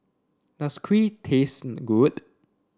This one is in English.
does Kheer taste good